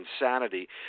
insanity